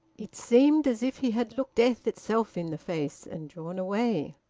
it seemed as if he had looked death itself in the face, and drawn away.